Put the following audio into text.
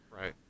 Right